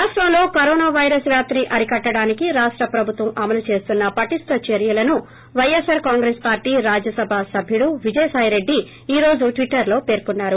రాష్టంలో corona virus వ్యాప్తిని అరికట్టడానికి రాష్ట ప్రభుత్వం అమలు చేస్తోన్న పటిష్ట చర్యలను వైఎస్పార్ కాల్లో కాల్లో కాంగ్రెస్ పార్టీ రాజ్యసభ సభ్యుడు విజయ సాయిరెడ్డి ఈ రోజు ట్విటర్ లో పేర్కొన్నారు